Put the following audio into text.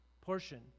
portion